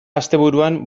asteburuan